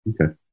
Okay